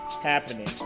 happening